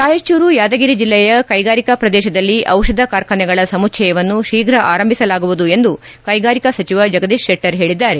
ರಾಯಚೂರು ಯಾದಗಿರಿ ಜಿಲ್ಲೆಯ ಕೈಗಾರಿಕಾ ಪ್ರದೇಶದಲ್ಲಿ ಔಷಧ ಕಾರ್ಖಾನೆಗಳ ಸಮುಚ್ಲಯವನ್ನು ಶೀಫ್ರ ಆರಂಭಿಸಲಾಗುವುದು ಎಂದು ಕೈಗಾರಿಕಾ ಸಚಿವ ಜಗದೀಶ್ ಶೆಟ್ಟರ್ ಹೇಳಿದ್ದಾರೆ